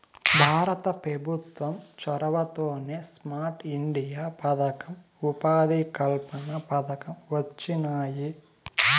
భారత పెభుత్వం చొరవతోనే స్మార్ట్ ఇండియా పదకం, ఉపాధి కల్పన పథకం వొచ్చినాయి